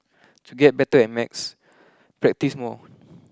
to get better at maths practise more